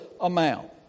amount